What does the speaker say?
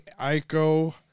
Aiko